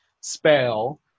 spell